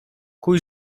kuj